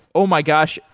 oh, my gosh.